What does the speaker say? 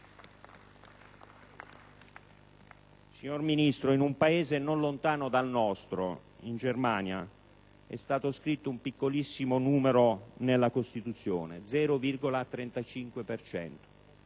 Signor Ministro, in un Paese non lontano dal nostro, in Germania, è stato scritto un piccolissimo numero nella Costituzione: 0,35